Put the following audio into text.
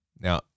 Now